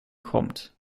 kommt